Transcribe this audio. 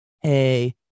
Hey